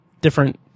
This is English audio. different